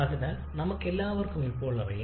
അതിനാൽ നമുക്കെല്ലാവർക്കും ഇപ്പോൾ അറിയാം